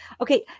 Okay